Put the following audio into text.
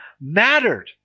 mattered